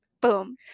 boom